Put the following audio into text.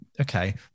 okay